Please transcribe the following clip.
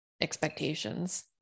expectations